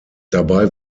dabei